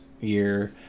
year